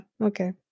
okay